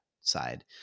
side